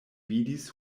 vidis